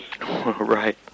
Right